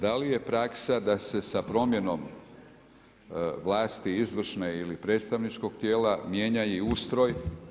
Da li je praksa da se sa promjenom vlasti izvršne ili predstavničkog tijela mijenja i ustroj?